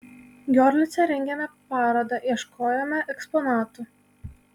giorlice rengėme parodą ieškojome eksponatų